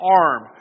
arm